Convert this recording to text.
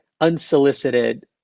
unsolicited